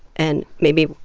and maybe,